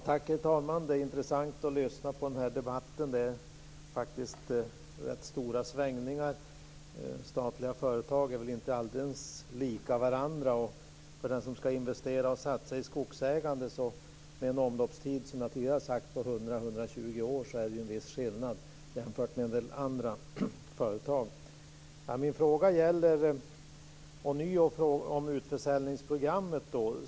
Herr talman! Det är intressant att lyssna på denna debatt. Det är faktiskt rätt stora svängningar. Statliga företag är väl inte alldeles lika varandra. Det är viss skillnad mellan skogsägande, där omloppstiden är Min fråga gäller utförsäljningsprogrammet.